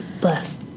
Bless